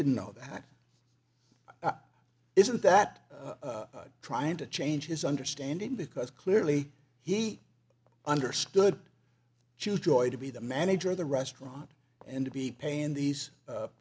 didn't know that isn't that trying to change his understanding because clearly he understood chu joy to be the manager of the restaurant and to be paying these